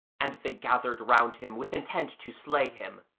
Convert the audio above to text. and they gathered around him with intent to slay him,